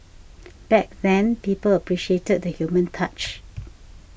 back then people appreciated the human touch